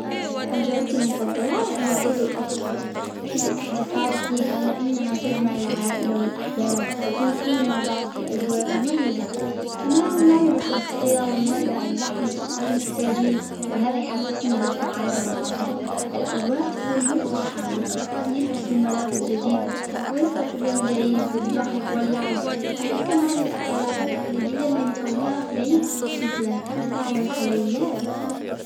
أجازتي المفضلة هي عيد الاضحى، أحب الاحتفال فيها لأنها تجمع العائلة والأحباب. ونكون مع بعض في أجواء مميزة، كمان نعمل الأضحية ونوزع اللحم على المحتاجين. وهذا يحسسني بالسعادة والعطاء، الأجواء تكون مفرحة والأطفال يلبسوا ملابس ويستقبل العيد بالضحك واللعب، أحب كمان الأكلات التقليدية اللي نسويها في العيد. مثل الكبسة والحلويات.